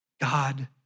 God